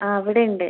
ആ അവിടെയുണ്ട്